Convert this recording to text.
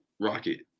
rocket